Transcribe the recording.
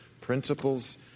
Principles